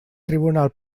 tribunal